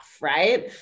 right